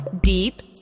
deep